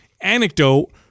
anecdote